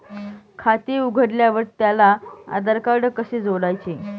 खाते उघडल्यावर त्याला आधारकार्ड कसे जोडायचे?